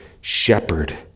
shepherd